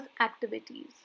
activities